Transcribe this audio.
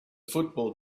football